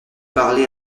parlé